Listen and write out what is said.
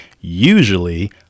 usually